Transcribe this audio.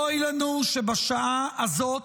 אוי לנו שבשעה הזאת,